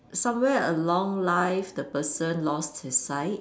somewhere along life the person lost his sight